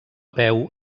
peu